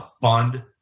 fund